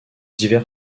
divers